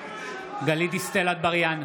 גלית דיסטל אטבריאן,